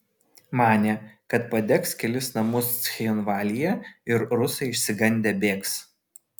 manė kad padegs kelis namus cchinvalyje ir rusai išsigandę bėgs